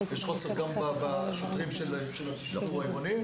יש חוסר גם בשוטרים של השיטור העירוני,